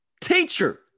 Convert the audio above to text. Teacher